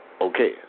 okay